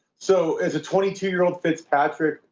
so as a twenty two year old fitzpatrick,